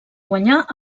guanyar